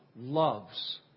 loves